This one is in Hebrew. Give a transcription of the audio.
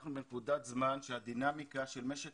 אנחנו בנקודת זמן שהדינאמיקה של משק